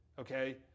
okay